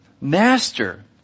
Master